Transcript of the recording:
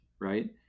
Right